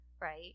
right